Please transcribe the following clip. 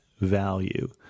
value